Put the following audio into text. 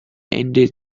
ende